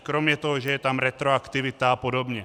Kromě toho, že je tam retroaktivita apod.